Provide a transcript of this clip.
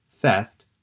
theft